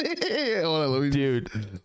dude